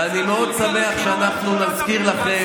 ואני מאוד שמח שאנחנו נזכיר לכם,